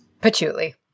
patchouli